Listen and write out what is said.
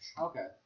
Okay